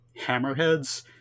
hammerheads